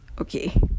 Okay